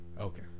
Okay